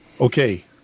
Okay